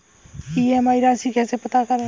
EMI राशि कैसे पता करें?